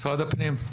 משרד הפנים,